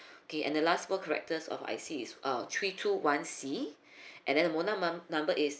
okay and the last four characters of I_C is err three two one C and then mobile num~ number is